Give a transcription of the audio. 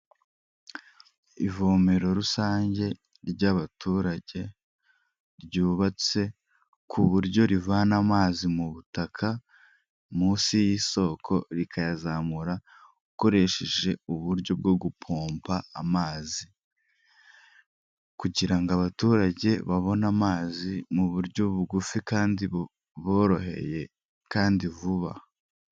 Ivomero rusange ry'abaturage, ryubatse ku buryo rivana amazi mu butaka munsi y'isoko rikayazamura, ukoresheje uburyo bwo gupomba amazi kugira ngo abaturage babone amazi mu buryo bugufi kandi buboroheye kandi vuba.